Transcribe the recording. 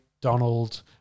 Donald